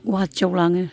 गुवाहाटियाव लाङो